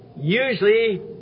usually